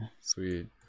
Sweet